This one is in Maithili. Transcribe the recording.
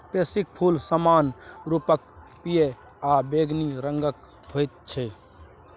पैंसीक फूल समान्य रूपसँ पियर आ बैंगनी रंगक होइत छै